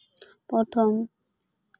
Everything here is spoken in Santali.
ᱯᱨᱚᱛᱷᱚᱢ